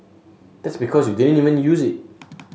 that's because you didn't even use it